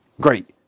Great